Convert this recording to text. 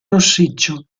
rossiccio